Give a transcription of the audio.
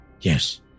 Yes